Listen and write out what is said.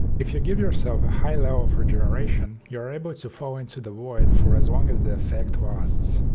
if you give yourself a high level of regeneration you are able to fall into the void for as long as the effect lasts.